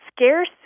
scarce